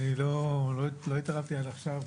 לא התערבתי עד עכשיו,